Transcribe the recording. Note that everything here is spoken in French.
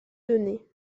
données